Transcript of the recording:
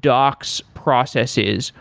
docs processes,